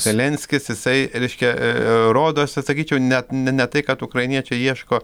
zelenskis jisai reiškia rodosi sakyčiau net ne ne tai kad ukrainiečiai ieško